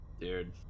Dude